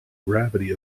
gravity